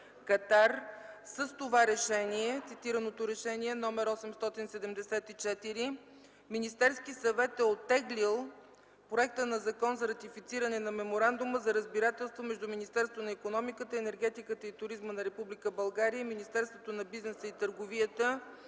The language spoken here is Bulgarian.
Катар. С цитираното Решение № 874 Министерският съвет е оттеглил Законопроекта за ратифициране на Меморандума за разбирателство между Министерството на икономиката, енергетиката и туризма на Република България и Министерството на бизнеса и търговията